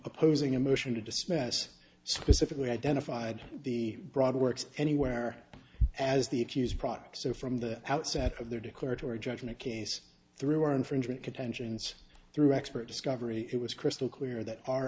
opposing a motion to dismiss specifically identified the broad works anywhere as the accused product so from the outset of their declaratory judgment a case through our infringement contentions through expert discovery it was crystal clear that